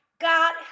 God